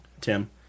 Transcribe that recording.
Tim